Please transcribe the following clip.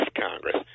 Congress